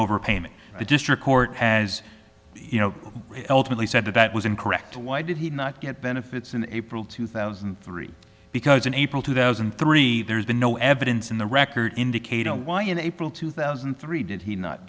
overpayment the district court has you know ultimately said that that was incorrect why did he not get benefits in april two thousand and three because in april two thousand and three there's been no evidence in the record indicate why in april two thousand and three did he not